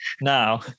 now